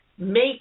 make